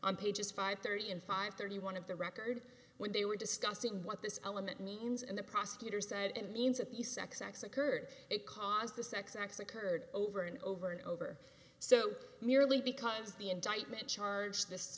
on pages five thirty and five thirty one of the record when they were discussing what this element means and the prosecutor said it means that the sex acts occurred because the sex acts occurred over and over and over so merely because the indictment charge this